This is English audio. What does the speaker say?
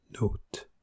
note